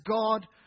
God